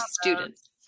students